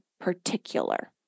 particular